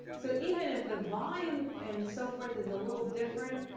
so even if the volume and so forth is a little different,